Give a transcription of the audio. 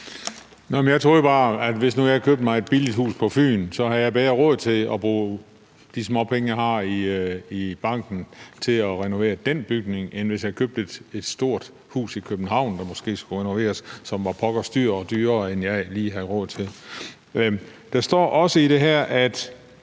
Jeg troede bare, at hvis nu jeg købte mig et billigt hus på Fyn, havde jeg bedre råd til at bruge de småpenge, jeg har i banken, til at renovere den bygning, end hvis jeg købte et stort hus i København, der måske skulle renoveres, hvilket var pokkers dyrt og dyrere, end jeg lige havde råd til. Der står også i forslaget: